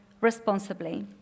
responsibly